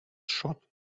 shot